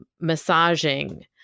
massaging